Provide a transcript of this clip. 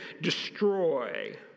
destroy